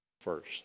first